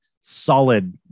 solid